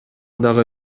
дагы